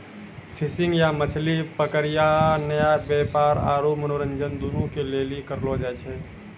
fishing या मछली पकड़नाय व्यापार आरु मनोरंजन दुनू के लेली करलो जाय छै